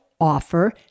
offer